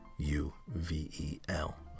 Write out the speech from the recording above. U-V-E-L